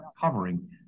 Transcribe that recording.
covering